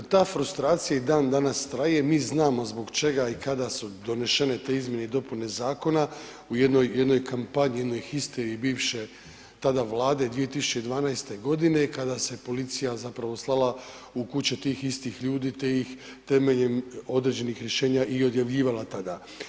Ta frustracija i dan danas traje, mi znamo zbog čega i kada su donešene te izmjene i dopune zakona u jednoj kampanji u … i bivše tada vlade 2012. godine kada se policija slala u kuće tih istih ljudi temeljem određenih rješenja i odjavljivala tada.